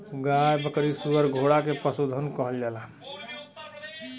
गाय बकरी सूअर घोड़ा के पसुधन कहल जाला